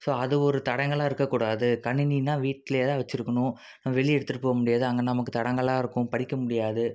so அது ஒரு தடங்கலாக இருக்கக்கூடாது கணினால் வீட்டிலே தான் வச்சுருக்கணும் வெளியே எடுத்துகிட்டு போக முடியாது அங்கே நமக்கு தடங்கலாக இருக்கும் படிக்க முடியாது